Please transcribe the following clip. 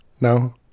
No